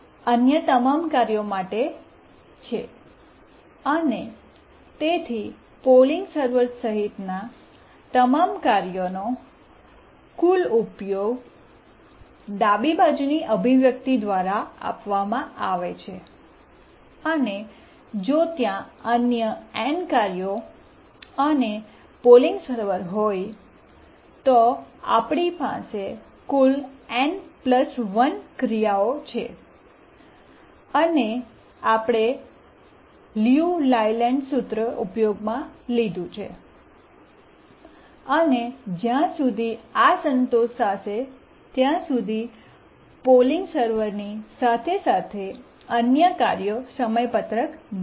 અન્ય તમામ કાર્યો માટે છે અને તેથી પોલિંગ સર્વર સહિતના તમામ કાર્યોનો કુલ ઉપયોગ ડાબી બાજુની અભિવ્યક્તિ દ્વારા આપવામાં આવે છે અને જો ત્યાં અન્ય n કાર્યો અને પોલિંગ સર્વર હોય તો અમારી પાસે કુલ n 1 ક્રિયાઓ છે અને અમે ઉપયોગમાં લિયુ લાયલેન્ડ સૂત્ર અને જ્યાં સુધી આ સંતોષ થશે ત્યાં સુધી પોલિંગ સર્વરની સાથે સાથે અન્ય કાર્યો સમયપત્રક બનશે